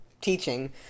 teaching